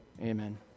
amen